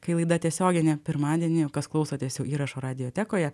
kai laida tiesioginė pirmadienį o kas klausotės įrašo radiotekoje